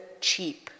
cheap